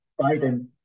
Biden